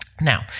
Now